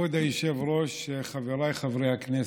כבוד היושב-ראש, חבריי חברי הכנסת,